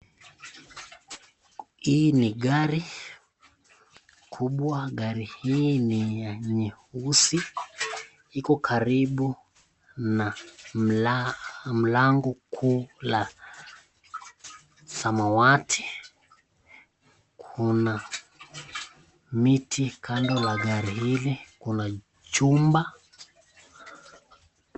Hii ni gari kubwa, gari hii ni ya nyeusi, iko karibu na mlango kuu la samawati, kuna miti na gari hili, kuna jumba.